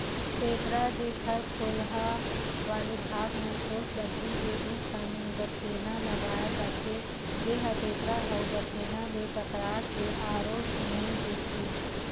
टेपरा, जेखर खोलहा वाले भाग म ठोस लकड़ी के दू ठन बठेना लगाय जाथे, जेहा टेपरा अउ बठेना ले टकरा के आरो सुनई देथे